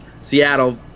Seattle